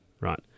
right